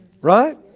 right